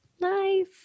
Nice